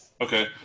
Okay